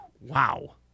Wow